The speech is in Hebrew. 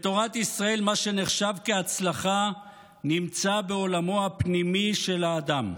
בתורת ישראל מה שנחשב להצלחה נמצא בעולמו הפנימי של האדם.